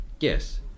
yes